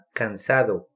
cansado